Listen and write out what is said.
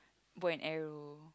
bow and arrow